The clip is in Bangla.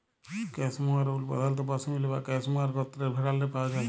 ক্যাসমোয়ার উল পধালত পশমিলা বা ক্যাসমোয়ার গত্রের ভেড়াল্লে পাউয়া যায়